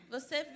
Você